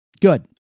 Good